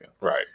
Right